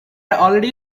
already